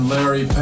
Larry